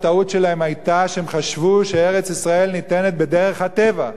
הטעות שלהם היתה שהם חשבו שארץ-ישראל ניתנת בדרך הטבע.